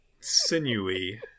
sinewy